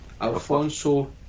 Alfonso